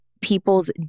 people's